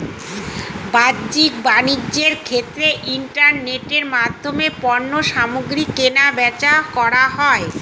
বাহ্যিক বাণিজ্যের ক্ষেত্রে ইন্টারনেটের মাধ্যমে পণ্যসামগ্রী কেনাবেচা করা হয়